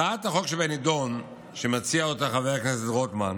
הצעת החוק שבנדון, שמציע חבר הכנסת רוטמן,